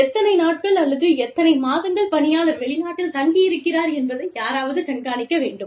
எத்தனை நாட்கள் அல்லது எத்தனை மாதங்கள் பணியாளர் வெளிநாட்டில் தங்கியிருக்கிறார் என்பதை யாராவது கண்காணிக்க வேண்டும்